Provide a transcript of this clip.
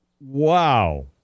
Wow